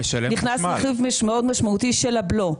נכנס רכיב מאוד משמעותי של הבלו.